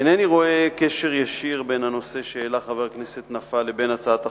אינני רואה קשר ישיר בין הנושא שהעלה חבר הכנסת נפאע לבין הצעת החוק,